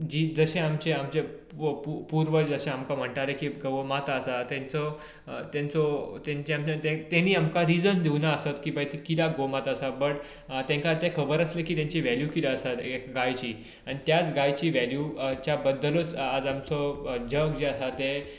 जशे आमचें आमचे पुर्वज जशें आमकां म्हणटाले गोमाता आसा ताचो तांचो ताणी आमकां रिजन दिवना आसत कि बाय किद्याक गोमाता आसा बट तांकां ती खबर आसले की ताजी वेल्यू कितें आसा ते गायची आनी त्याच गायची वेल्यू गायच्या बद्दलूच आज आमचो जग जे आसा ते